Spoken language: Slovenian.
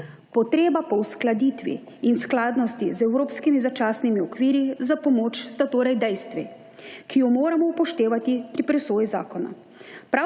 Potreba po uskladitvi in skladnosti z evropskimi začasnimi okviri za pomoč sta torej dejstvi, ki jo moramo upoštevati pri presoji zakona.